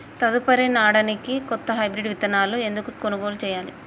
తదుపరి నాడనికి కొత్త హైబ్రిడ్ విత్తనాలను ఎందుకు కొనుగోలు చెయ్యాలి?